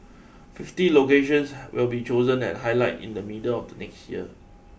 fifty locations will be chosen and highlighted in the middle of next year